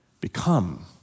become